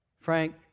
Frank